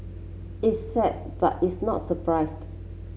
it's sad but its not surprised